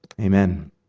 Amen